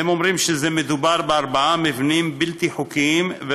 הם אומרים שמדובר בארבעה מבנים בלתי חוקיים,